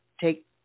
take